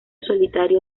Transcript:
solitario